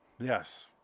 yes